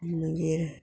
मागीर